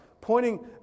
Pointing